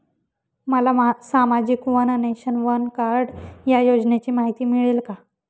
मला सामाजिक one nation, one card या योजनेची माहिती मिळेल का?